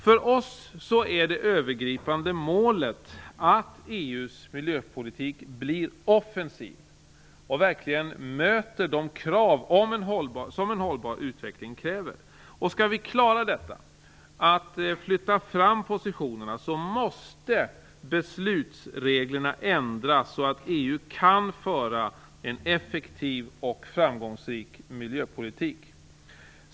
För oss är det övergripande målet att EU:s miljöpolitik blir offensiv och verkligen möter de krav som en hållbar utveckling ställer. Skall vi klara att flytta fram positionerna måste beslutsreglerna ändras, så att EU kan föra en effektiv och framgångsrik miljöpolitik.